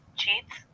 cheats